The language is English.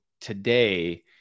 Today